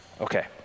Okay